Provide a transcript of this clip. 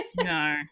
no